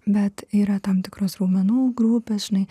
bet yra tam tikros raumenų grupės žinai